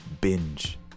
Binge